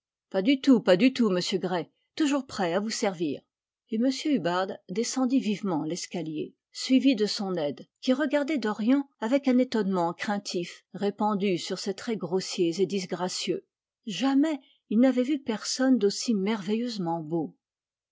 pas du tout pas du tout monsieur gray toujours prêt à vous servir et m hubbard descendit vivement l'escalier suivi de son aide qui regardait dorian avec un étonnement craintif répandu sur ses traits grossiers et disgracieux jamais il n'avait vu personne d'aussi merveilleusement beau